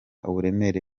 uburemere